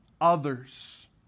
Others